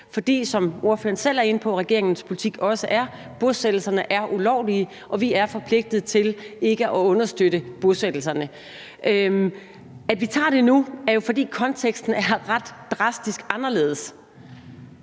fordi, som ordføreren selv er inde på, regeringens politik også er, at bosættelserne er ulovlige, og at vi er forpligtet til ikke at understøtte bosættelserne. At vi tager det op nu, skyldes jo, at konteksten er drastisk anderledes.